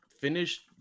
finished